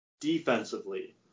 defensively